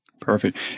Perfect